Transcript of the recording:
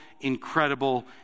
incredible